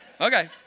Okay